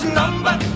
number